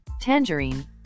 Tangerine